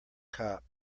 cop